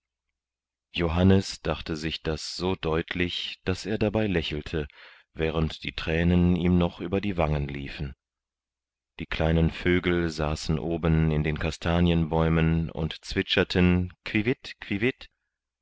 johannes dachte sich das so deutlich daß er dabei lächelte während die thränen ihm noch über die wangen liefen die kleinen vögel saßen oben in den kastanienbäumen und zwitscherten